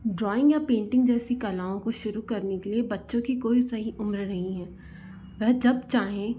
drawing या painting जैसी कलाओं को शुरू करने के लिए बच्चों की कोई सही उम्र नहीं है वह जब चाहें